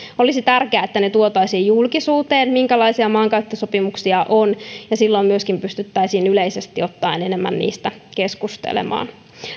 olisi tärkeää että tuotaisiin julkisuuteen minkälaisia maankäyttösopimuksia on ja silloin myöskin pystyttäisiin yleisesti ottaen enemmän niistä keskustelemaan